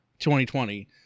2020